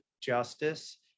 justice